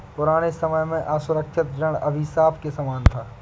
पुराने समय में असुरक्षित ऋण अभिशाप के समान था